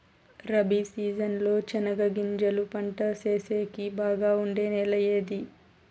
Rabi season లో చెనగగింజలు పంట సేసేకి బాగా ఉండే నెల ఏది?